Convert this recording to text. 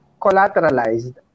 collateralized